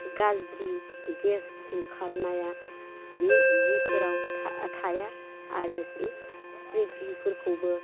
गाज्रि गेस ओंखारनाया बे जिफोराव थाया आरो बे स्ट्रेफ्रिफोरखौबो